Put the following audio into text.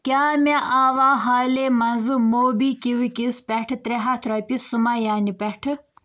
کیٛاہ مےٚ آوا حالٕے منٛز موبِکوِکس پٮ۪ٹھ ترٛےٚ ہَتھ رۄپیہِ سُمَییا نہِ پٮ۪ٹھٕ